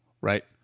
right